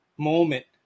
moment